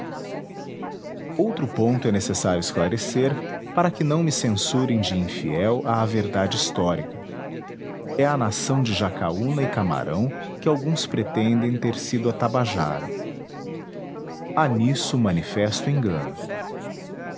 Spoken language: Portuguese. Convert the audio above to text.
outro ponto é necessário esclarecer para que não me censurem de infiel à verdade histórica é a nação de jacaúna e camarão que alguns pretendem ter sido a tabajara há nisso manifesto engano